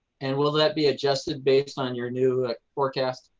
and will that be adjusted based on your new forecast?